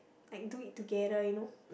like do it together you know